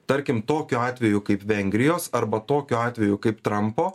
tarkim tokiu atveju kaip vengrijos arba tokiu atveju kaip trampo